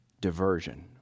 Diversion